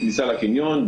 בכניסה לקניון.